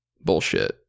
bullshit